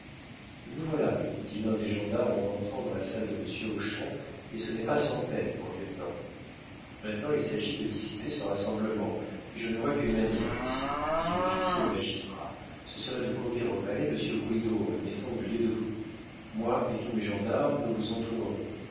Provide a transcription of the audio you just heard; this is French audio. nous voilà dit l'un des gendarmes en entrant dans la salle de monsieur hochon et ce n'est pas sans peine mon lieutenant maintenant il s'agit de dissiper ce rassemblement et je ne vois qu'une manière messieurs dit l'officier aux magistrats ce serait de conduire au palais monsieur bridau en le mettant au milieu de vous moi et tous mes gendarmes nous vous entourerons